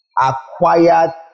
acquired